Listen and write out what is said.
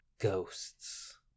Ghosts